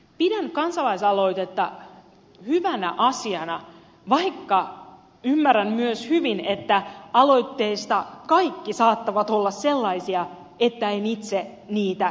pidän kansalaisaloitetta hyvänä asiana vaikka ymmärrän myös hyvin että aloitteista kaikki saattavat olla sellaisia että en itse niitä kannata